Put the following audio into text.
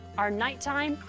our nighttime,